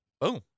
Boom